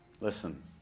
Listen